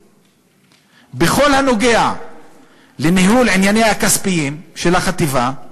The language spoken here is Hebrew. בכל הנוגע לניהול ענייניה הכספיים של החטיבה להתיישבות,